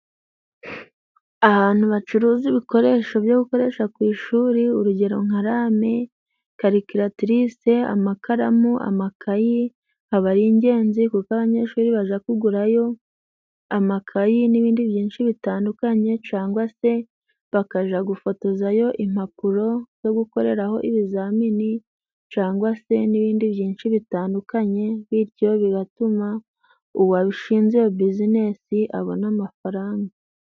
Ahantu bacuruza ibikoresho byo gukoresha ku ishuri， urugero nka rame，karikiratirise，amakaramu， amakayi，aba ari ingenzi kuko abanyeshuri baja kugurayo amakayi n'ibindi byinshi bitandukanye， cangwa se bakaja gufotozayo impapuro zo gukoreraho ibizamini，cangwa se n'ibindi byinshi bitandukanye，bityo bigatuma uwashinze iyo buzinesi abona amafaranga.